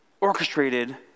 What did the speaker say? orchestrated